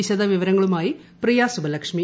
വിശദവിവരങ്ങളുമായി പ്രിയ സുബ്ബലക്ഷ്മി